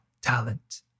talent